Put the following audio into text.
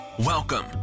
Welcome